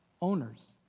Owners